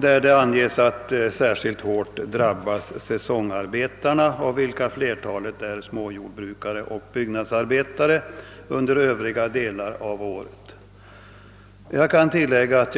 Det anges att säsongarbetarna drabbas särskilt hårt. Flertalet av dessa är småjordbrukare och byggnadsarbetare under övriga delar av året. Jag kan tillägga att